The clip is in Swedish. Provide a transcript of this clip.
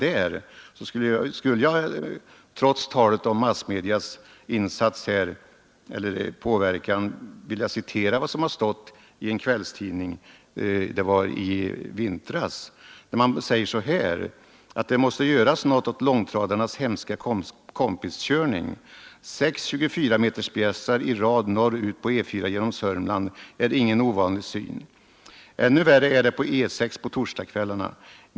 Med anledning härav skulle jag — trots anmärkningen mot massmedias roll i detta sammanhang — vilja citera följande som stod i en kvällstidning i vintras: ”Det måste göras något åt långtradarnas hemska kompiskörning. Sex 24-metersbjässar i rad norr ut på E 4 genom Sörmland är ingen ovanlig syn. Ännu värre är det på E 6 på torsdagskvällarna.